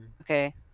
Okay